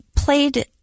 Played